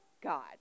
God